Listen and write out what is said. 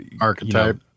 archetype